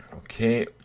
Okay